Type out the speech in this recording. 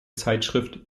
zeitschrift